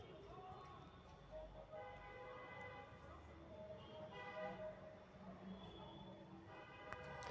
आर्थिक भय के इतजाम से संस्था आ कंपनि सभ अप्पन खतरा के कम करए के चेष्टा करै छै